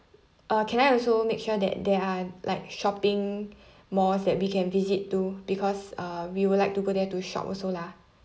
uh can I also make sure that there are like shopping malls that we can visit to because uh we will like to go there to shop also lah